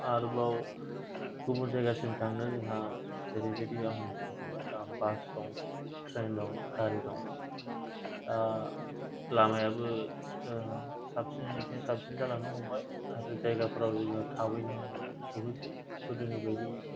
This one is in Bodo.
आरबाव गुबुन जायगासिम थांनो जोंहा जेरैबादि आं होनखाबाय बास दं ट्रेन दं गारि दं दा लामायाबो साबसिननिफ्राय साबसिन जालांनो हमबाय आरो जायगाफोराव जोङो थाबैनो सहैसै गोदोनि बायदि